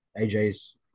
AJ's